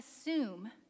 assume